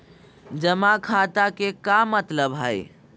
जमा खाता के का मतलब हई?